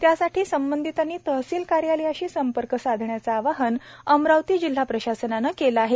त्यासाठी संबंधितांनी तहसील कार्यालयांशी संपर्क साधण्याचे आवाहन अमरावती जिल्हा प्रशासनाने केले आहे